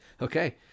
Okay